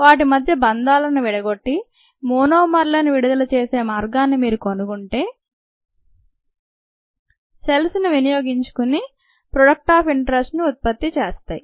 వాటి మధ్య బంధాలను విడగొట్టి మోనోమర్లను విడుదల చేసే మార్గాన్ని మీరు కనుగొంటే సెల్స్ ను వినియోగించుకుని ప్రోడక్ట్ ఆఫ్ ఇంటరెస్ట్ను ఉత్పత్తి చేస్తాయి